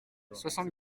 soixante